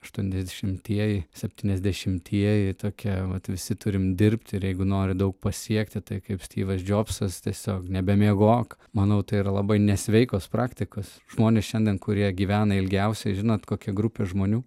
aštuoniasdešimtieji septyniasdešimtieji tokia vat visi turim dirbt ir jeigu nori daug pasiekti tai kaip styvas džobsas tiesiog nebemiegok manau tai yra labai nesveikos praktikos žmonės šiandien kurie gyvena ilgiausiai žinot kokia grupė žmonių